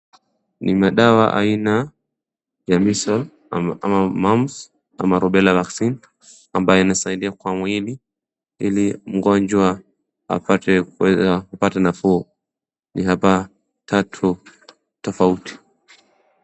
Ni mdawa aina ya measle ama mumps ama rubella vaccine ambayo inasaidia kwa mwili ili mgonjwa apate nafuu, ni haba tatu tofauti.